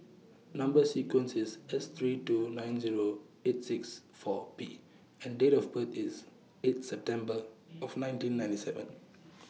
Number sequence IS S three two nine Zero eight six four P and Date of birth IS eight December of nineteen ninety seven